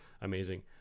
amazing